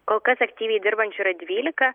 kol kas aktyviai dirbančių yra dvylika